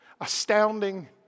Astounding